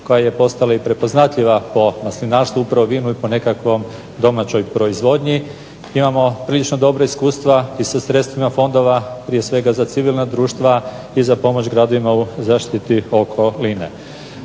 koja je postala i prepoznatljiva po maslinarstvu, vinu i po nekakvoj domaćoj proizvodnji. Imamo prilično dobra iskustva i sa sredstvima fondova prije svega za civilna društva i za pomoć gradovima u zaštiti okoline.